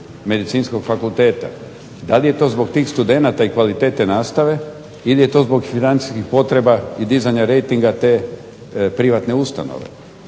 medicinskog fakulteta, da li je to zbog tih studenata i kvalitete nastave ili je to zbog dizanja rejtinga te privatne ustanove.